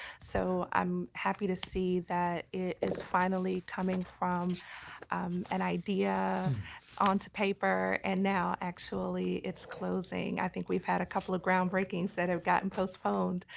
so i'm happy to see that it is finally coming from an idea on to paper and now actually it's closing. i think we've had a couple of groundbreakings that have gotten postpone,